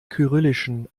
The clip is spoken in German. kyrillischen